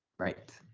right.